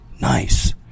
nice